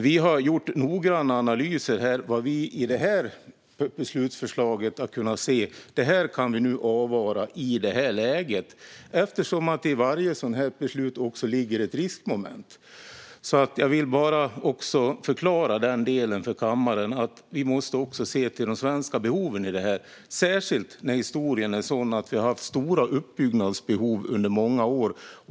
Vi har gjort noggranna analyser i det här beslutsförslaget för att se vad som kan avvaras i det här läget, eftersom det i varje sådant beslut också ligger ett riskmoment. Jag vill bara förklara den delen för kammaren. Vi måste också se till de svenska behoven i det här, särskilt när historien är sådan att vi har haft stora uppbyggnadsbehov under många år.